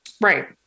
Right